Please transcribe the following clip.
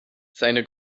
seine